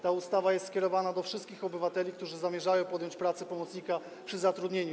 Ta ustawa jest skierowana do wszystkich obywateli, którzy zamierzają podjąć pracę pomocnika przy zbiorach.